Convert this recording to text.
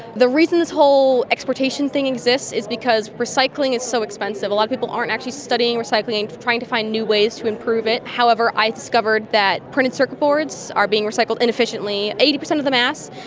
the reason this whole exportation thing exists is because recycling is so expensive. a lot of people aren't actually studying recycling and trying to find new ways to improve it. however, i discovered that printed circuit boards are being recycled inefficiently. eighty percent of the mass,